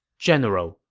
general,